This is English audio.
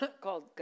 called